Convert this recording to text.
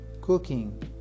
Cooking